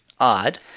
odd